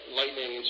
lightning